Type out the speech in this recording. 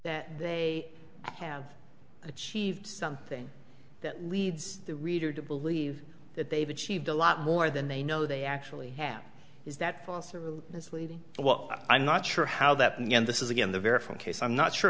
that they have achieved something that leads the reader to believe that they've achieved a lot more than they know they actually have is that this lady well i'm not sure how that and this is again the vary from case i'm not sure